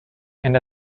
and